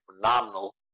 phenomenal